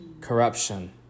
Corruption